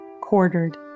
quartered